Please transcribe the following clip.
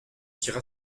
tira